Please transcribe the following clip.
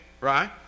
right